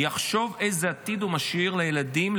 יחשוב איזה עתיד הוא משאיר לילדים,